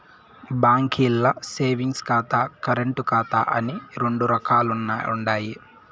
బాంకీల్ల సేవింగ్స్ ఖాతా, కరెంటు ఖాతా అని రెండు రకాలుండాయి